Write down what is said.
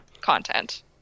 content